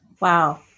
Wow